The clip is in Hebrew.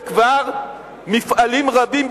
וכבר מפעלים רבים,